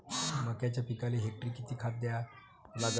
मक्याच्या पिकाले हेक्टरी किती खात द्या लागन?